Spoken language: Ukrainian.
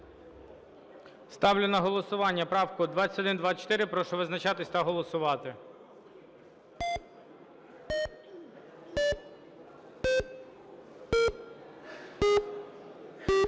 Ставлю на голосування правку 2124. Прошу визначатись та голосувати.